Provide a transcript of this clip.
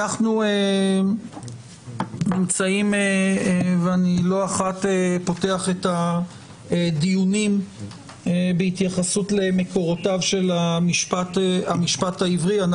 אני לא אחת פותח את הדיונים בהתייחסות למקורותיו של המשפט העברי.